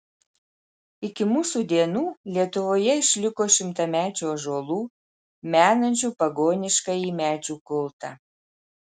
iki mūsų dienų lietuvoje išliko šimtamečių ąžuolų menančių pagoniškąjį medžių kultą